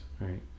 Right